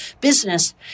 business